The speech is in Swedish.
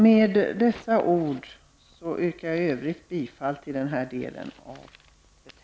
Med dessa ord yrkar jag i övrigt bifall till denna del av betänkandet.